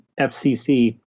FCC